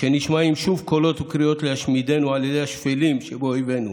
כשנשמעים שוב קולות וקריאות להשמידנו על ידי השפלים שבאויבינו,